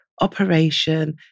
operation